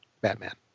Batman